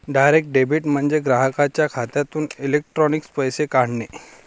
direct debit म्हणजे ग्राहकाच्या खात्यातून इलेक्ट्रॉनिक पैसे काढणे